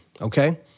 okay